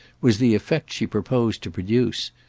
was the effect she proposed to produce,